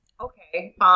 okay